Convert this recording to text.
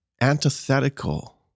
antithetical